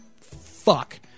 Fuck